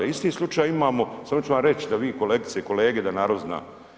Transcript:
Isti slučaj imamo, samo ću vam reć da vi kolegice i kolege da narod zna.